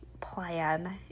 plan